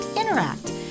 Interact